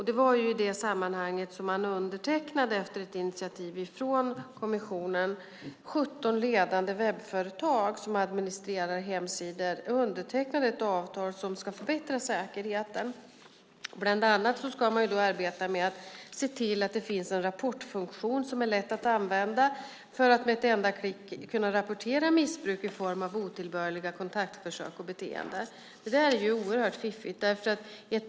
Det var efter ett initiativ från kommissionen i det sammanhanget som 17 ledande webbföretag som administrerar hemsidor undertecknade ett avtal som ska förbättra säkerheten. Man ska bland annat arbeta för att se till att det finns en rapportfunktion som är lätt att använda. Med ett enda klick ska man kunna rapportera missbruk i form av otillbörliga kontaktförsök och beteenden. Det är oerhört fiffigt.